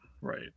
Right